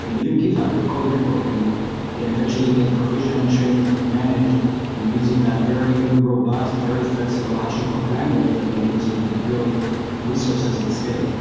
and even github. your code repo can can eventually get provisioned, changed, managed um using that very robust, very flexible hashicorp language that enables you to deploy resources at scale.